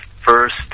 first